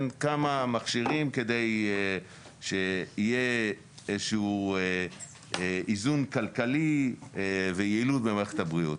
כמה מכשירים כדי שיהיה איזשהו איזון כלכלי ויעילות במערכת הבריאות.